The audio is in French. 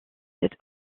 cette